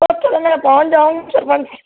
ਉੱਥੇ ਤਾਂ ਮੈਂ ਪਹੁੰਚ ਜਾਉਂ ਸਰਪੰਚ